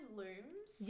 looms